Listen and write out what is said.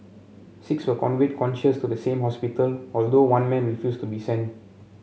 six were conveyed conscious to the same hospital although one man refused to be sent